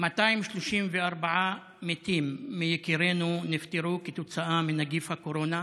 234 מתים מיקירינו נפטרו כתוצאה מנגיף הקורונה.